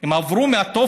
הם באו מהתופת,